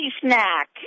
snack